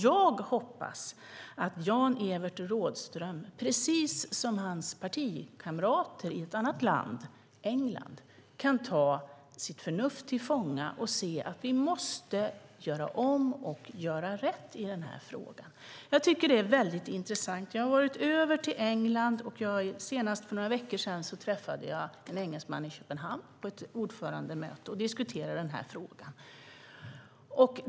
Jag hoppas att Jan-Evert Rådhström, precis som hans partikamrater i ett annat land, England, kan ta sitt förnuft till fånga och se att vi måste göra om och göra rätt i den här frågan. Jag tycker att det är väldigt intressant. Jag har varit i England, och senast för några veckor sedan träffade jag en engelsman i Köpenhamn på ett ordförandemöte och diskuterade den här frågan.